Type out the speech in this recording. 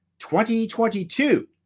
2022